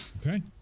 Okay